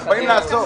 אנחנו באים לעזור.